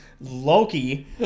Loki